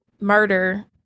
murder